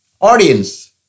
audience